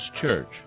Church